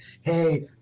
hey